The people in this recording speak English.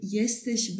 jesteś